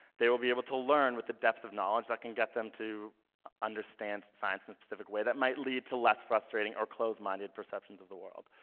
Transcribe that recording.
they will be able to learn with the depth of knowledge that can get them to understand science in a specific way that might lead to less frustrating or close-minded perceptions of the world.